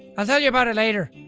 i'll tell you about it later.